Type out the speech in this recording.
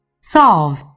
solve